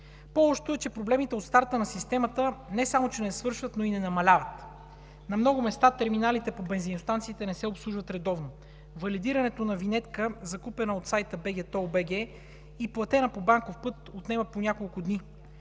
По-лошото е, че проблемите от старта на системата не само че не свършват, а и не намаляват. На много места терминалите по бензиностанциите не се обслужват редовно. Валидирането на винетка, закупена от сайта bgtoll.bg и платена по банков път, отнема по няколко дни.